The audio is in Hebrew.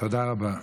תודה רבה.